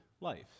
life